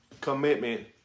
Commitment